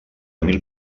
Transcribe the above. mil